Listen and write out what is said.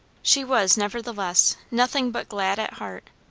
she was, nevertheless, nothing but glad at heart.